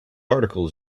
article